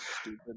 stupid